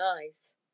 eyes